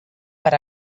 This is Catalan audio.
per